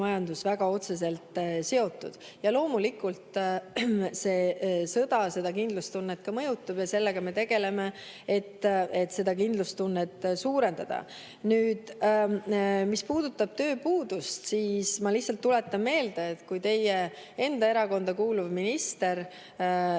majandus väga otseselt seotud. Loomulikult, sõda mõjutab kindlustunnet. Ja sellega me tegeleme, et seda kindlustunnet suurendada. Nüüd, mis puudutab tööpuudust, siis ma lihtsalt tuletan meelde, et teie enda erakonda kuuluv minister